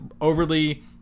overly